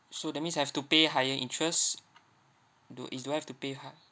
so that means I have to pay higher interest do is do I've to pay hi~